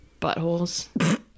buttholes